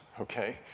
Okay